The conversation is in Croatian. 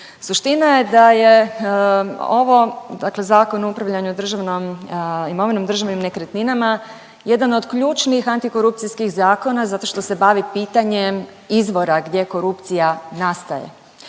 Suština je da je ovo dakle Zakon o upravljanju državnom imovinom, državnim nekretninama jedan od ključnih antikorupcijskih zakona zato što se bavi pitanjem izvora gdje korupcija nastaje.